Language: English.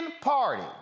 Party